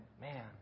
man